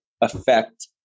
affect